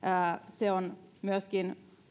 se on myöskin